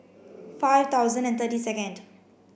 five thousand and thirty second